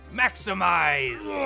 maximize